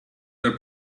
were